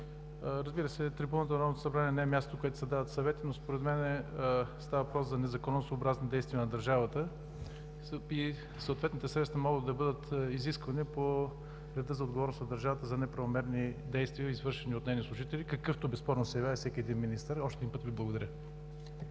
Разбира се, трибуната на Народното събрание не е място, на което се дават съвети, но според мен става въпрос за незаконосъобразни действия на държавата. Съответните средства могат да бъдат изисквани по реда за отговорност на държавата за неправомерни действия, извършени от нейни служители, какъвто безспорно се явява всеки един министър. Още веднъж Ви благодаря.